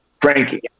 Frankie